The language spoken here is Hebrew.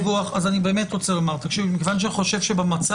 הדרך היחידה שאני מוכן לאכול את